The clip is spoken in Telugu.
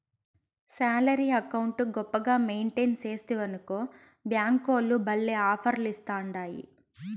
శాలరీ అకౌంటు గొప్పగా మెయింటెయిన్ సేస్తివనుకో బ్యేంకోల్లు భల్లే ఆపర్లిస్తాండాయి